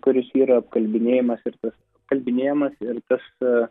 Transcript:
kuris yra apkalbinėjamas ir tas kalbinėjamas ir tas